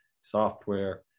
software